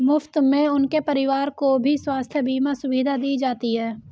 मुफ्त में उनके परिवार को भी स्वास्थ्य बीमा सुविधा दी जाती है